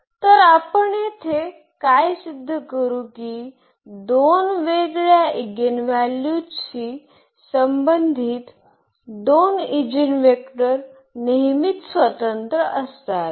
तर आपण येथे काय सिद्ध करू की दोन वेगळ्या इगिनॅव्हल्यूजशी संबंधित दोन ईजीनवेक्टर नेहमीच स्वतंत्र असतात